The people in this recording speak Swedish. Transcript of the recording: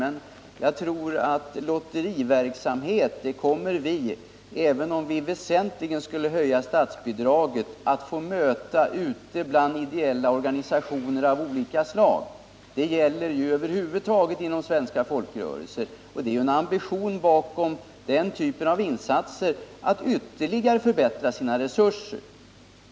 Men jag tror att vi, även om statsbidraget väsentligt skulle höjas, kommer att få möta lotteriverksamhet ute bland ideella organisationer av olika slag. Det gäller inom svenska folkrörelser över huvud taget, och bakom den typen av insatser ligger en ambition att ytterligare förbättra sina resurser.